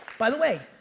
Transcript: by the way,